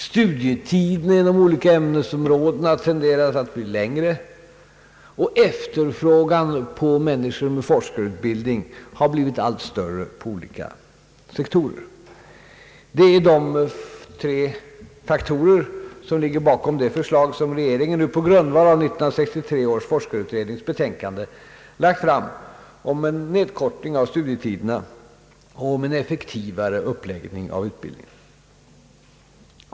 Studietiden inom de olika ämnesområdena tenderar att bli allt längre, samtidigt som efterfrågan på människor med forskarutbildning har blivit allt större inom olika sektorer. Dessa tre faktorer ligger bakom det förslag som regeringen nu på grundval av 1963 års forskarutrednings betänkande lagt fram om en nedkortning av studietiderna och om en effektivare uppläggning av utbildningen.